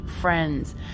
friends